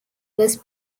was